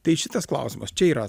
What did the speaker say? tai šitas klausimas čia yra